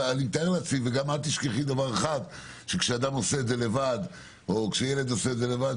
גם אל תשכחי שכשאדם או ילד עושים את הבדיקה לבד,